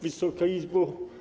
Wysoka Izbo!